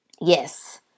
Yes